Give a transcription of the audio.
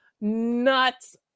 nuts